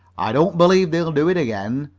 i don't believe they'll do it again,